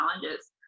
challenges